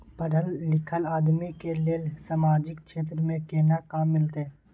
पढल लीखल आदमी के लेल सामाजिक क्षेत्र में केना काम मिलते?